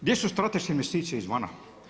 Gdje su strateške investicije iz vana?